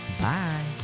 bye